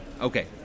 Okay